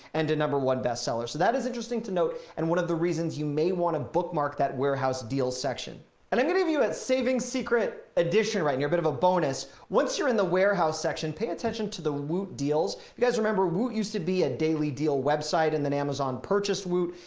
and a number one best seller. so that is interesting to note. and one of the reasons you may wanna bookmark that warehouse deal section and i'm gonna give you a saving secret edition right here a bit of a bonus. once you're in the warehouse section pay attention to the woot deals you guys remember woot used to be a daily deal website and then amazon purchased woot.